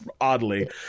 Oddly